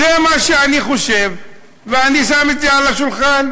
זה מה שאני חושב, ואני שם את זה על השולחן.